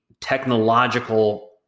technological